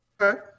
Okay